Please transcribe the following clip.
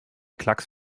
klacks